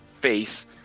face